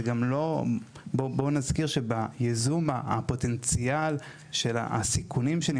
בוא נזכיר שבייזום הפוטנציאל של סיכונים ושל נזק,